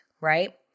right